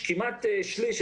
כמעט שליש,